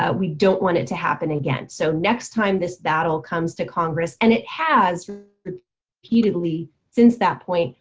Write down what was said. ah we don't want it to happen again. so next time this battle comes to congress, and it has repeatedly since that point,